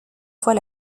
fois